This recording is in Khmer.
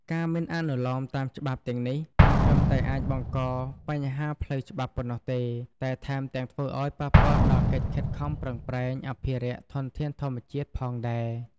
ការមិនអនុលោមតាមច្បាប់ទាំងនេះ មិនត្រឹមតែអាចបង្កប់ញ្ហាផ្លូវច្បាប់ប៉ុណ្ណោះទេ តែថែមទាំងធ្វើឲ្យប៉ះពាល់ដល់កិច្ចខិតខំប្រឹងប្រែងអភិរក្សធនធានធម្មជាតិផងដែរ។